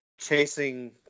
chasing